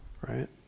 Right